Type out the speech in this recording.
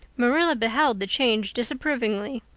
marilla beheld the change disapprovingly.